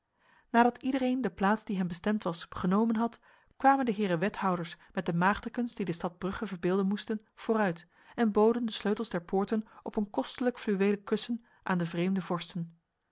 nadat iedereen de plaats die hem bestemd was genomen had kwamen de heren wethouders met de maagdekens die de stad brugge verbeelden moesten vooruit en boden de sleutels der poorten op een kostelijk fluwelen kussen aan de vreemde vorsten